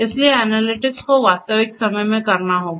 इसलिए एनालिटिक्स को वास्तविक समय में करना होगा